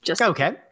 Okay